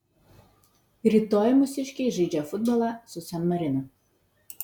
rytoj mūsiškiai žaidžia futbolą su san marinu